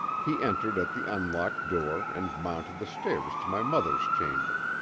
he entered at the unlocked door and mounted the stairs to my mother's chamber.